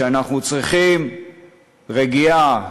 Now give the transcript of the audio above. שאנחנו צריכים רגיעה,